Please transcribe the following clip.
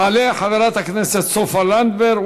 תעלה חברת הכנסת סופה לנדבר,